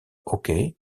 hockey